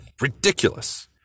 Ridiculous